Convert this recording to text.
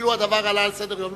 כאילו הדבר עלה על סדר-היום,